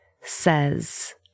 says